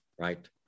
Right